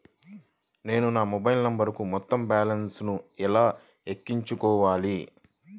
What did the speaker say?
నేను నా మొబైల్ నంబరుకు మొత్తం బాలన్స్ ను ఎలా ఎక్కించుకోవాలి?